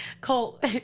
Colt